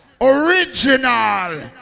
Original